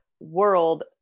world